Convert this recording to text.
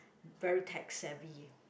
very tech savvy